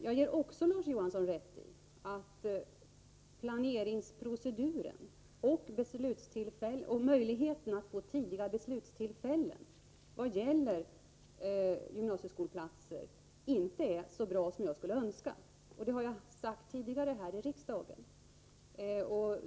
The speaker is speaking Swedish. Jag ger också Larz Johansson rätt i att planeringsproceduren och möjligheten till tidigare beslut i vad gäller gymnasieskolplatser inte är så bra som jag skulle önska. Det har jag sagt tidigare här i riksdagen.